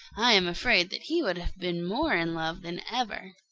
i am afraid that he would have been more in love than ever.